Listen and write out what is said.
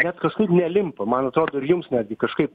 net kažkaip nelimpa man atrodo ir jums netgi kažkaip